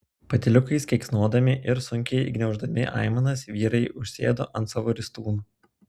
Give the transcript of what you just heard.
patyliukais keiksnodami ir sunkiai gniauždami aimanas vyrai užsėdo ant savo ristūnų